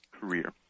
career